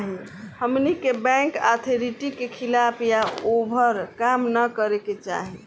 हमनी के bank authority के खिलाफ या ओभर काम न करे के चाही